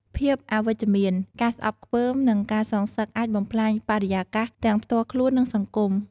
ភាពអវិជ្ជមាន ការស្អប់ខ្ពើម និងការសងសឹក អាចបំផ្លាញបរិយាកាសទាំងផ្ទាល់ខ្លួន និងសង្គម។